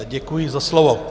Děkuji za slovo.